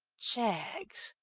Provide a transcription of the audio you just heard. jaggs!